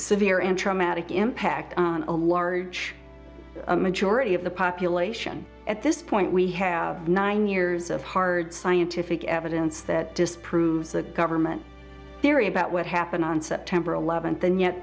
severe and traumatic impact on a large majority of the population at this point we have nine years of hard scientific evidence that disproves that government theory about what happened on september eleventh and yet